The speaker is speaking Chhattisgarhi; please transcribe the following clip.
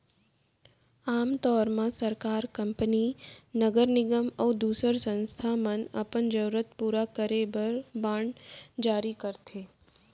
आम तौर म सरकार, कंपनी, नगर निगम अउ दूसर संस्था मन अपन जरूरत पूरा करे बर बांड जारी करथे